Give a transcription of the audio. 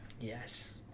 Yes